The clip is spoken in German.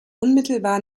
unmittelbar